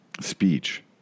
speech